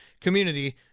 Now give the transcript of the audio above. community